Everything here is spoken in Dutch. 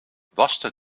waste